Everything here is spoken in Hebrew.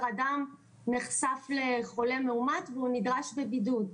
אדם נחשף לחולה מאומת והוא נדרש בבידוד.